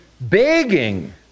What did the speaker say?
begging